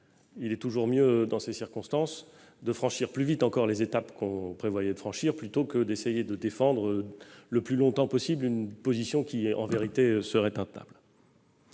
Il est toujours mieux en de telles circonstances de franchir plus vite encore les étapes que l'on prévoyait de franchir plutôt que d'essayer de défendre le plus longtemps possible une position qui serait en vérité intenable.